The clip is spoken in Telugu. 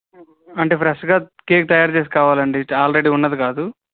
అంటే ఫ్రెష్గా కేక్ తయారు చేసింది కావాలండి ఆల్రెడీ ఉన్నది కాదు